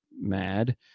mad